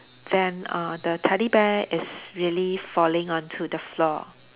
then uh the teddy bear is really falling onto the floor